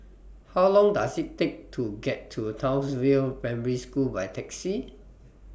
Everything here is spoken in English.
How Long Does IT Take to get to Townsville Primary School By Taxi